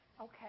Okay